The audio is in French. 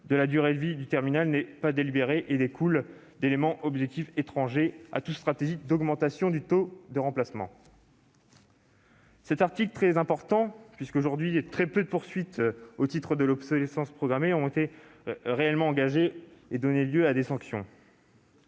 de la durée de vie du terminal n'est pas délibérée et qu'elle découle d'éléments objectifs étrangers à toute stratégie d'augmentation du taux de remplacement. C'est un article très important puisque, aujourd'hui, très peu de poursuites au titre de l'obsolescence programmée ont pu être réellement engagées et donner lieu à des sanctions.